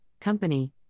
company